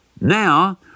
Now